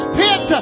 pit